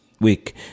week